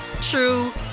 true